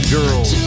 Girls